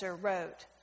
wrote